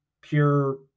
pure